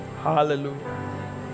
Hallelujah